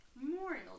Memorial